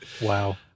Wow